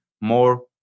more